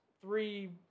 three